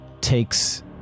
takes